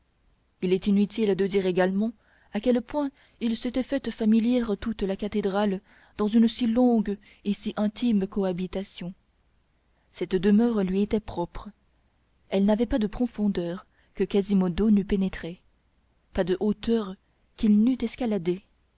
il est inutile de dire également à quel point il s'était faite familière toute la cathédrale dans une si longue et si intime cohabitation cette demeure lui était propre elle n'avait pas de profondeur que quasimodo n'eût pénétrée pas de hauteur qu'il n'eût escaladée